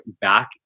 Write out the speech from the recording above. back